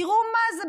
תראו מה זה,